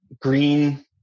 Green